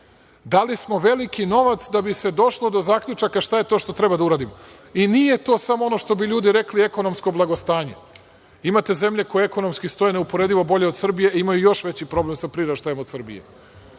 smo veliki novac da bi se došlo do zaključaka šta je to šta treba da uradimo i nije to samo ono što bi ljudi rekli ekonomsko blagostanje. Imate zemlje koje ekonomski stoje neuporedivo bolje od Srbije i imaju još veći problem sa priraštajem od Srbije.